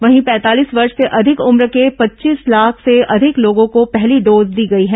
वहीं पैंतालीस वर्ष से अधिक उम्र के पच्चीस लाख से अधिक लोगों को पहली डोज दी गई है